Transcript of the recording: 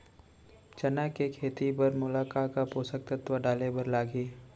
चना के खेती बर मोला का का पोसक तत्व डाले बर लागही?